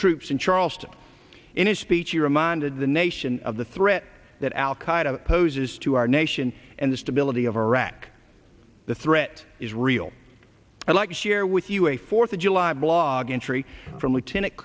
troops in charleston in a speech he reminded the nation of the threat that al qaeda poses to our nation and the stability of iraq the threat is real i'd like to share with you a fourth of july blog entry from lieutenant